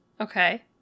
Okay